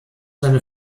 seine